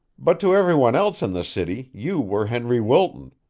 but to every one else in the city you were henry wilton.